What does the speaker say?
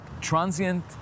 transient